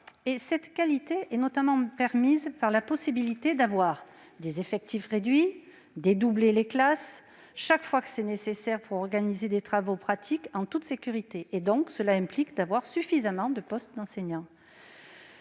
que l'on doit notamment à la possibilité d'avoir des effectifs réduits, de dédoubler les classes, chaque fois que c'est nécessaire pour l'organisation de travaux pratiques en toute sécurité. Cela implique donc de disposer suffisamment de postes d'enseignants.